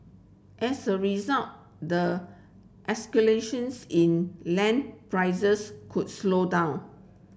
as a result the escalations in land prices could slow down